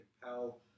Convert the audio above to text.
compel